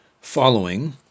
following